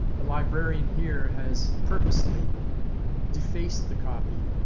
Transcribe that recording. the librarian here has purposely defaced the copy.